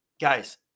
guys